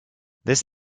this